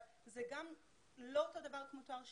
זה לא אותו דבר כמו תואר שני.